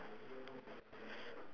K what's written in lamp post